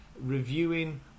reviewing